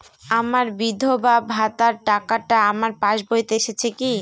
আমার বিধবা ভাতার টাকাটা আমার পাসবইতে এসেছে কি?